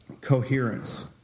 Coherence